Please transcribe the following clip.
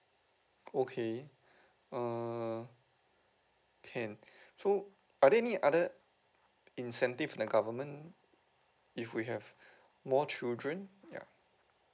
okay err can so are there any other incentive like government if we have more children yeah